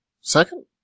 Second